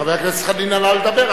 חבר הכנסת חנין עלה לדבר,